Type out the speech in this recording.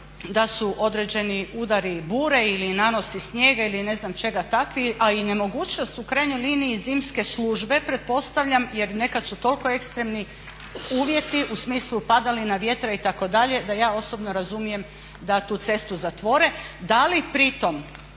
da su određeni udari bure ili nanosi snijega ili ne znam čega takvi, a i nemogućnost u krajnjoj liniji zimske službe pretpostavljam jer nekad su toliko ekstremi uvjeti u smislu padalina vjetra itd. da ja osobno razumijem da tu cestu zatvore. Da li pri tom